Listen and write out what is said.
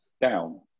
down